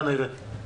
כנראה.